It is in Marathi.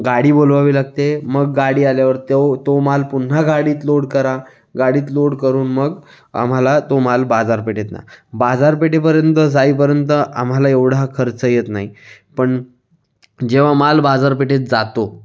गाडी बोलवावी लागते मग गाडी आल्यावर त्यो तो माल पुन्हा गाडीत लोड करा गाडीत लोड करून मग आम्हाला तो माल बाजारपेठेत न्या बाजारपेठेपर्यंत जाईपर्यंत आम्हाला एवढा खर्च येत नाही पण जेव्हा माल बाजारपेठेत जातो